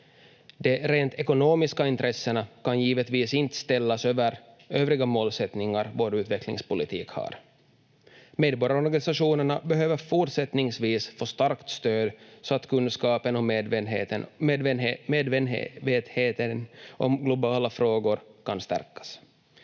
De rent ekonomiska intressena kan givetvis inte ställas över de övriga målsättningarna vår utvecklingspolitik har. Medborgarorganisationerna behöver fortsättningsvis få starkt stöd så att kunskapen och medvetenheten om globala frågor kan stärkas.